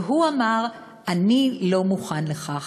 והוא אמר: אני לא מוכן לכך.